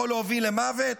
יכול להוביל למוות?